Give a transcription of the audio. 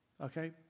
Okay